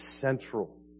central